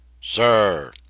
Sir